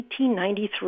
1893